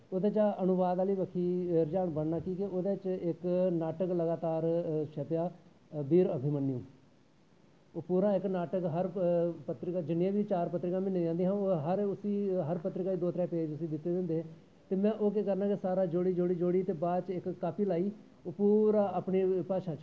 ओह्दा चा दा अनुवाद आह्ली बक्खी रुझान बनना क्योंकि ओह्दे च इक नाटक लगातार छपेआ वीर अभिमन्यू ओह् पूरा इक नाचक हर पत्रिका जिन्नियां बी पत्रिकां म्हीने च आंदियां हां ओह्दे दो त्रै पेज ओह्दे पर दित्ते दे होंदे हे ओह् में केह् करना ओह् सारा जोड़ी जोड़ी ते बाद च इक कापी लाई ओह् पूरा अपनी भाशा च